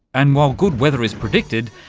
and while good weather is predicted,